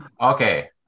Okay